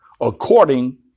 according